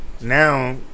now